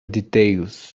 details